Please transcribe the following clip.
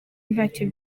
ntacyo